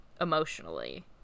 emotionally